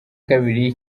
kabiri